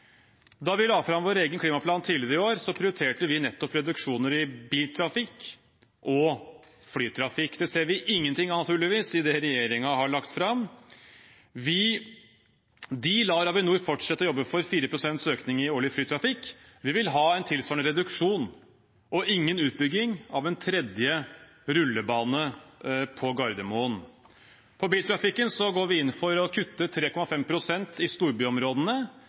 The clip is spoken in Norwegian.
Da vi la fram vår egen klimaplan tidligere i år, prioriterte vi nettopp reduksjoner i biltrafikk og flytrafikk. Det ser vi naturligvis ingenting av i det regjeringen har lagt fram. De lar Avinor fortsette å jobbe for 4 pst. økning i årlig flytrafikk. Vi vil ha en tilsvarende reduksjon og ingen utbygging av en tredje rullebane på Gardermoen. Når det gjelder biltrafikken, går vi inn for å kutte 3,5 pst. i storbyområdene.